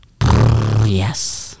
Yes